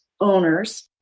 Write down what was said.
owners